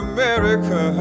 America